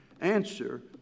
answer